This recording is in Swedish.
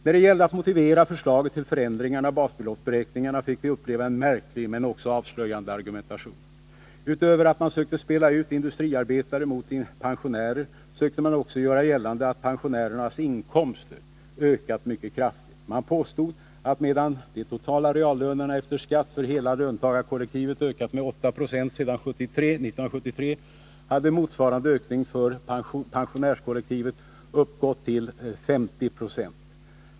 När det gällde att motivera förslaget till förändringarna av basbeloppsberäkningarna fick vi uppleva en märklig men också avslöjande argumentation. Utöver att man sökte spela ut industriarbetare mot pensionärer sökte man också göra gällande att pensionärernas inkomster ökat mycket kraftigt. Man påstod att medan de totala reallönerna efter skatt för hela löntagarkollektivet ökat med 8 26 sedan 1973 hade motsvarande ökning för pensionärskollektivet uppgått till 50 20.